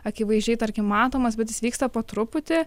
akivaizdžiai tarkim matomas bet jis vyksta po truputį